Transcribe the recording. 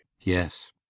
Yes